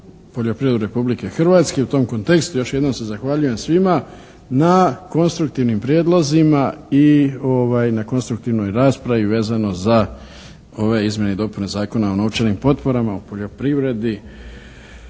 poljoprivredu Republike Hrvatske. I u tom kontekstu još jednom se zahvaljujem svima na konstruktivnim prijedlozima i na konstruktivnoj raspravi vezano za ove izmjene i dopune Zakona o novčanim potporama u poljoprivredi